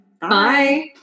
Bye